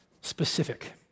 specific